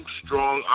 strong